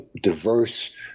diverse